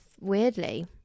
weirdly